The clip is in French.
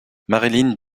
marilyn